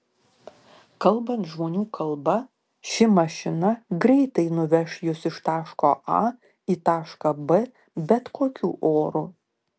kalbant žmonių kalba ši mašina greitai nuveš jus iš taško a į tašką b bet kokiu oru